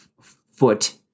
foot